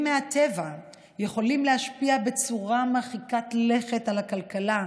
מהטבע יכולים להשפיע בצורה מרחיקת לכת על הכלכלה,